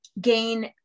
gain